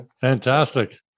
Fantastic